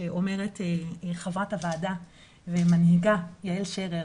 שאומרת חברת הוועדה ומנהיגה, יעל שרר,